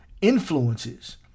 influences